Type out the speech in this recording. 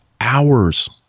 hours